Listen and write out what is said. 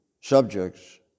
subjects